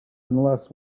unless